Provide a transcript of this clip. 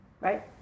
Right